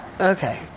okay